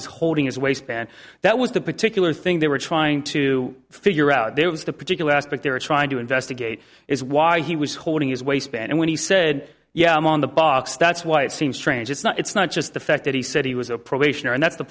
was holding his waistband that was the particular thing they were trying to figure out there was the particular aspect they were trying to investigate is why he was holding his waistband when he said yeah i'm on the box that's why it seems strange it's not it's not just the fact that he said he was a probationer and that's the